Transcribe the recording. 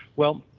well,